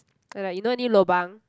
like you know any lobang